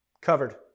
covered